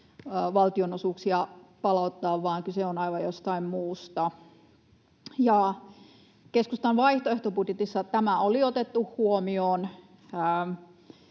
valtionosuuksia palauttaa, vaan kyse on aivan jostain muusta. Keskustan vaihtoehtobudjetissa tämä oli otettu huomioon,